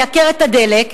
לייקר את הדלק,